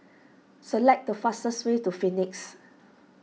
select the fastest way to Phoenix